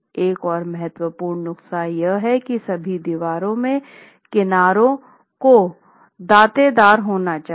एक और महत्वपूर्ण नुस्खा यह है कि सभी दीवारों के किनारों को दांतेदार होना चाहिए